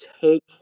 Take